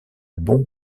bon